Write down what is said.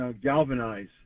galvanize